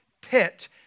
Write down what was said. pit